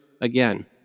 again